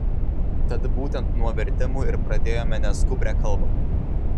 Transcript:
tad būtent nuo vertimų ir pradėjome neskubrią kalbą